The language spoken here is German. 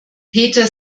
peter